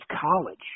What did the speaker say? college